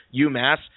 UMass